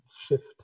shift